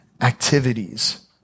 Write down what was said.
activities